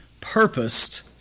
purposed